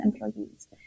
employees